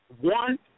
One